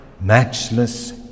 matchless